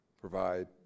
provide